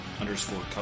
underscore